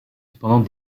cependant